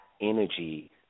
energy